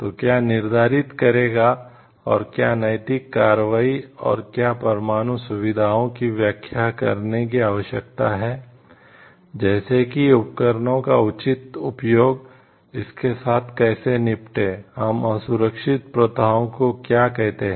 तो क्या निर्धारित करेगा और क्या नैतिक कार्रवाई और क्या परमाणु सुविधाओं की व्याख्या करने की आवश्यकता है जैसे कि उपकरणों का उचित उपयोग इसके साथ कैसे निपटें हम असुरक्षित प्रथाओं को क्या कहते हैं